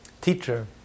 teacher